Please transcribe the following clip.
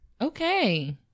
Okay